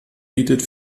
bietet